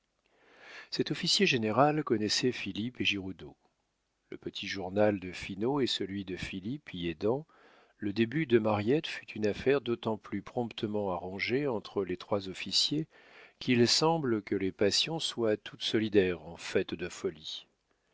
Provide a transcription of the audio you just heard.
cet officier général connaissait philippe et giroudeau le petit journal de finot et celui de philippe y aidant le début de mariette fut une affaire d'autant plus promptement arrangée entre les trois officiers qu'il semble que les passions soient toutes solidaires en fait de folies